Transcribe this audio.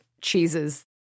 cheeses